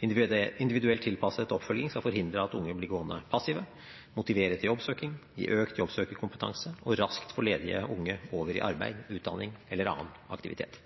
Individuelt tilpasset oppfølging skal forhindre at unge blir gående passive, motivere til jobbsøking, gi økt jobbsøkerkompetanse og raskt få ledige unge over i arbeid, utdanning eller annen aktivitet.